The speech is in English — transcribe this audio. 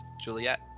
Juliet